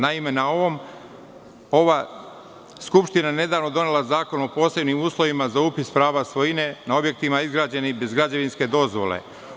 Naime, ova skupština je nedavno donela Zakon o posebnim uslovima za upis prava svojine na objektima izgrađenim bez građevinske dozvole.